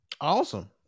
awesome